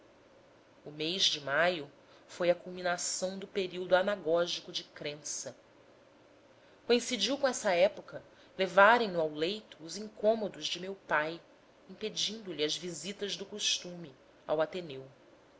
o mês de maio foi a culminação do período anagógico de crença coincidiu com essa época levarem no ao leito os incômodos de meu pai impedindo lhe as visitas do costume ao ateneu